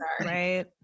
right